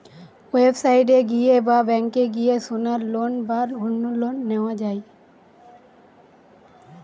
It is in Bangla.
ওয়েবসাইট এ গিয়ে বা ব্যাংকে গিয়ে সোনার লোন বা অন্য লোন নেওয়া যায়